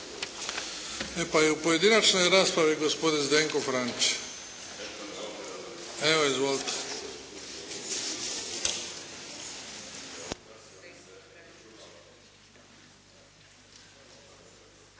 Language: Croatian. Hvala. I u pojedinačnoj raspravi gospodin Zdenko Franić. Izvolite.